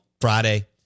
Friday